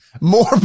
more